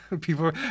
people